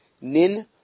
Nin